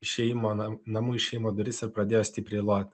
išėjimo na namų išėjimo duris ir pradėjo stipriai lot